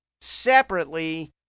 separately